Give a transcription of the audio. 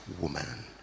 woman